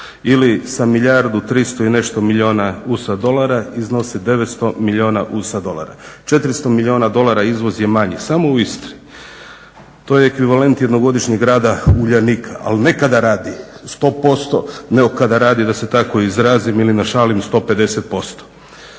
ili sa milijardu 300 i nešto milijuna USA dolara iznosi 900 milijuna USA dolara. 400 milijuna dolara izvoz je manji, samo u Istri. To je ekvivalent jednogodišnjeg rada Uljanika, ali ne kada radi 100% nego kada radi da se tako izrazim ili našalim 150%.